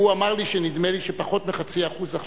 והוא אמר, נדמה לי, שפחות מ-0.5% עכשיו.